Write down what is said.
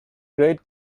great